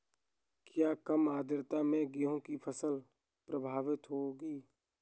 क्या कम आर्द्रता से गेहूँ की फसल प्रभावित होगी?